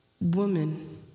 woman